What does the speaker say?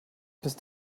bist